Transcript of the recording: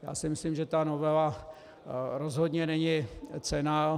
Já si myslím, že ta novela rozhodně není cenná.